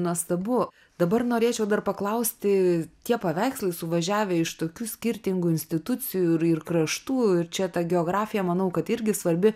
nuostabu dabar norėčiau dar paklausti tie paveikslai suvažiavę iš tokių skirtingų institucijų ir ir kraštų ir čia ta geografija manau kad irgi svarbi